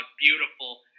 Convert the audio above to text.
Beautiful